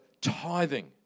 tithing